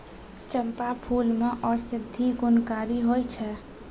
चंपा फूल मे औषधि गुणकारी होय छै